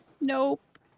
Nope